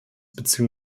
bzw